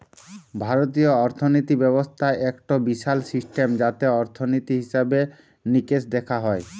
ভারতীয় অর্থিনীতি ব্যবস্থা একটো বিশাল সিস্টেম যাতে অর্থনীতি, হিসেবে নিকেশ দেখা হয়